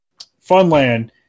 Funland